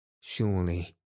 Surely